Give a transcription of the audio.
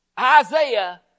Isaiah